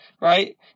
right